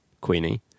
Queenie